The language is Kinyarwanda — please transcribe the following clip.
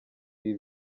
ibi